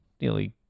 nearly